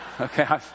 Okay